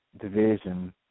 division –